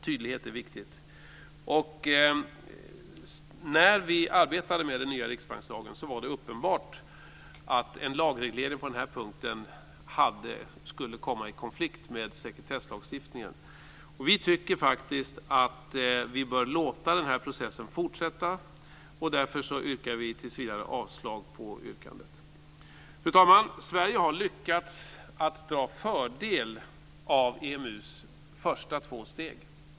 Tydlighet är viktig, men när vi arbetade med den nya riksbankslagen var det uppenbart att en lagreglering på den här punkten skulle komma i konflikt med sekretesslagstiftningen. Vi tycker faktiskt att man bör låta den här processen fortsätta, och därför avstyrker vi tills vidare yrkandet i fråga. Fru talman! Sverige har lyckats dra fördel av EMU:s första två steg.